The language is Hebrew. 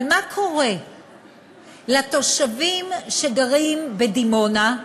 אבל מה קורה לתושבים שגרים בדימונה,